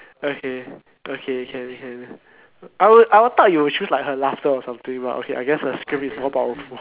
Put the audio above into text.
okay okay can can I would I would thought you would choose like her laughter or something but okay I guess her scream is more powerful